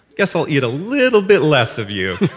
guess i'll eat a little bit less of you.